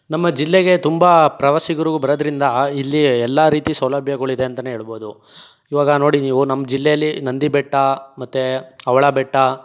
ನಮ್ಮ ಜಿಲ್ಲೆಗೆ ತುಂಬ ಪ್ರವಾಸಿಗರು ಬರೋದ್ರಿಂದ ಇಲ್ಲಿ ಎಲ್ಲ ರೀತಿಯ ಸೌಲಭ್ಯಗಳು ಇದೆ ಅಂತಲೇ ಹೇಳ್ಬೋದು ಇವಾಗ ನೋಡಿ ನೀವು ನಮ್ಮ ಜಿಲ್ಲೆಯಲ್ಲಿ ನಂದಿ ಬೆಟ್ಟ ಮತ್ತೆ ಅವಳ ಬೆಟ್ಟ